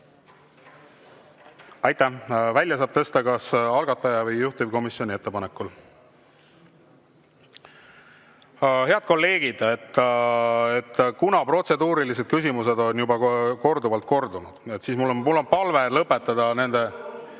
Aitäh! Välja saab tõsta kas algataja või juhtivkomisjoni ettepanekul. Head kolleegid! Kuna protseduurilised küsimused on juba korduvalt kordunud, siis mul on palve lõpetada nende